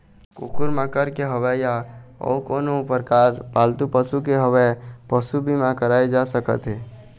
कुकुर माकर के होवय या अउ कोनो परकार पालतू पशु के होवय पसू बीमा कराए जा सकत हे